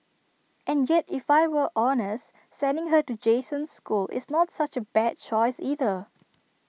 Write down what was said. and yet if I were honest sending her to Jason's school is not such A bad choice either